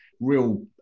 real